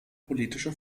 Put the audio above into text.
politische